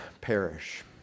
perish